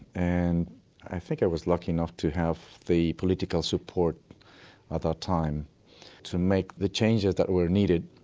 and i think i was lucky enough to have the political support at that time to make the changes that were needed.